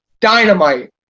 Dynamite